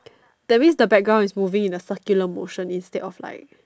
that means the background is moving in a circular motion instead of like